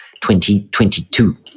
2022